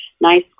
Nice